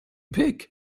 pig